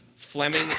Fleming